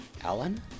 Alan